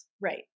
Right